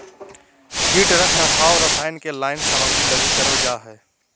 कीट रख रखाव रसायन के लाइन सामग्री लगी करल जा हइ